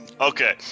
Okay